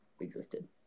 existed